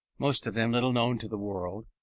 most of them little known to the world,